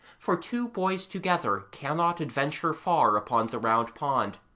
for two boys together cannot adventure far upon the round pond,